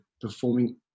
performing